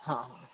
हा हा